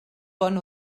bon